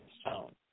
stone